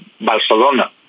Barcelona